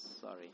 Sorry